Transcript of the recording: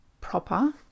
proper